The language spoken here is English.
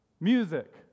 music